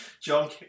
John